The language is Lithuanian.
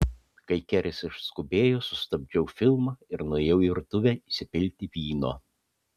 kai keris išskubėjo sustabdžiau filmą ir nuėjau į virtuvę įsipilti vyno